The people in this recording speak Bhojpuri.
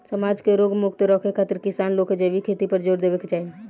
समाज के रोग मुक्त रखे खातिर किसान लोग के जैविक खेती पर जोर देवे के चाही